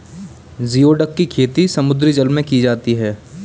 geoduck की खेती समुद्री जल में की जाती है